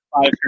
five